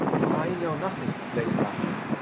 i know nothing, lady bracknell.